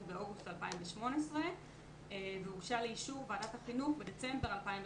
באוגוסט 2018 והוגשה לאישור ועת החינוך בדצמבר 2018,